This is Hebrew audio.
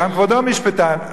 גם כבודו משפטן.